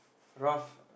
Ralph